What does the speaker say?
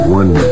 one